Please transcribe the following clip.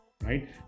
right